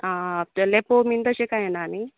आंआं लेपो बीन तशें कांय ना नी